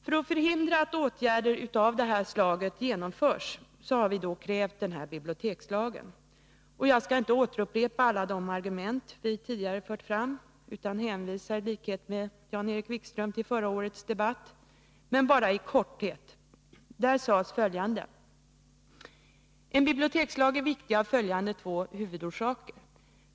För att förhindra att åtgärder av det här slaget vidtas har vi krävt en bibliotekslag. Jag skallinte återupprepa alla de argument vi tidigare fört fram utan hänvisar i likhet med Jan-Erik Wikström till förra årets debatt. Där sades bl.a. följande: ”En bibliotekslag är viktig av följande två huvudorsaker.